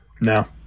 no